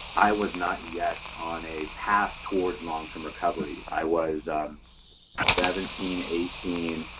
i was not yet on a path toward long-term recovery. i was seventeen, eighteen,